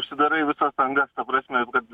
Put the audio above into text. užsidarai visas angas ta prasme kad